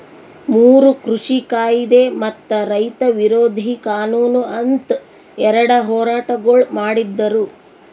ಮೂರು ಕೃಷಿ ಕಾಯ್ದೆ ಮತ್ತ ರೈತ ವಿರೋಧಿ ಕಾನೂನು ಅಂತ್ ಎರಡ ಹೋರಾಟಗೊಳ್ ಮಾಡಿದ್ದರು